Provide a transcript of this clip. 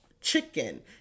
chicken